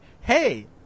hey